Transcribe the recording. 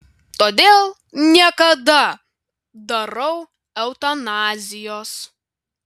todėl niekada darau eutanazijos